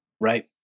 Right